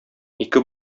ике